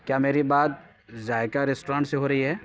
کیا میری بات ذائقہ ریسٹورانٹ سے ہو رہی ہے